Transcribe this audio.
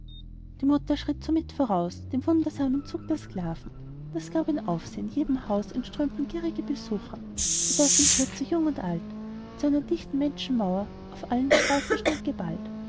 die mutter schritt somit voraus dem wundersamen zug der sklaven das gab ein aufsehn jedem haus entströmten gierige beschauer so daß in kürze jung und alt zu einer dichten menschenmauer auf allen straßen stand geballt